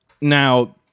now